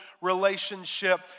relationship